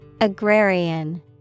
Agrarian